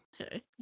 Okay